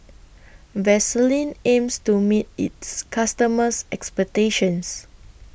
Vaselin aims to meet its customers' expectations